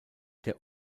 der